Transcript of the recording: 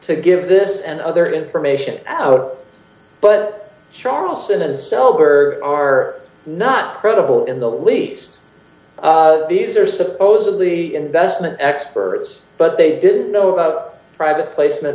to give this and other information out but charleston and sell her are not credible in the least these are supposedly investment experts but they didn't know about private placement